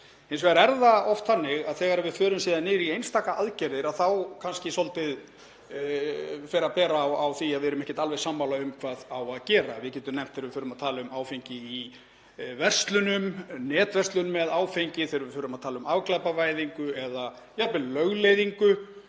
Hins vegar er það oft þannig að þegar við förum síðan niður í einstaka aðgerðir þá fer svolítið að bera á því að við séum ekki alveg sammála um hvað á að gera. Við getum nefnt þegar við förum að tala um áfengi í verslunum, netverslun með áfengi, afglæpavæðingu eða jafnvel lögleiðingu